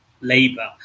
Labour